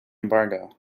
embargo